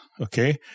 okay